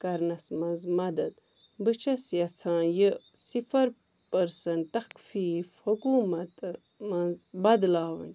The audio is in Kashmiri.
کرنَس منٛز مدد بہٕ چھیٚس یژھان یہ صفر پرٔسنٛٹ تخفیٖف حکومت منٛز بدلاوٕنۍ